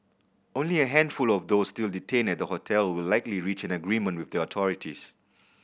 only a handful of those still detained at the hotel will likely reach an agreement with authorities